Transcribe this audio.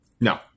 no